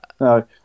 No